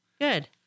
Good